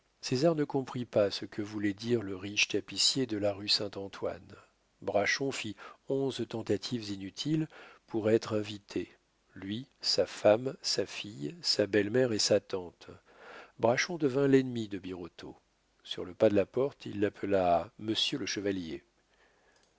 braschon césar ne comprit pas ce que voulait dire le riche tapissier de la rue saint-antoine braschon fit onze tentatives inutiles pour être invité lui sa femme sa fille sa belle-mère et sa tante braschon devint l'ennemi de birotteau sur le pas de la porte il l'appela monsieur le chevalier